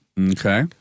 Okay